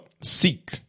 seek